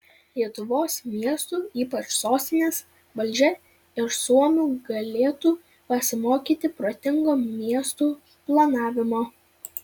lietuvos miestų ypač sostinės valdžia iš suomių galėtų pasimokyti protingo miestų planavimo